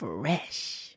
Fresh